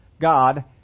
God